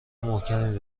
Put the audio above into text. محکمی